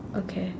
okay